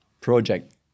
project